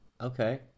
Okay